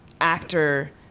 actor